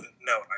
No